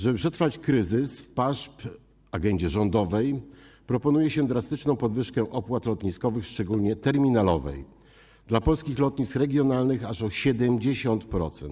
Żeby przetrwać kryzys PAŻP, w agendzie rządowej proponuje się drastyczną podwyżkę opłat lotniskowych, szczególnie terminalowej, dla polskich lotnisk regionalnych aż o 70%.